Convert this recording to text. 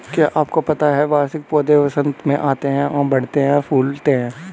क्या आपको पता है वार्षिक पौधे वसंत में आते हैं, बढ़ते हैं, फूलते हैं?